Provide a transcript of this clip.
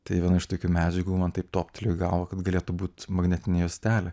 tai viena iš tokių medžiagų man taip toptelėjo į galvą kad galėtų būt magnetinė juostelė